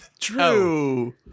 True